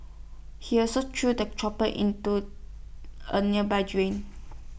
he also threw the chopper into A nearby drain